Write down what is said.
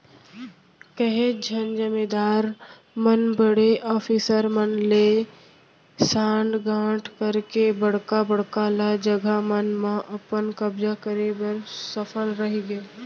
काहेच झन जमींदार मन बड़े अफसर मन ले सांठ गॉंठ करके बड़का बड़का ल जघा मन म अपन कब्जा करे बर सफल रहिगे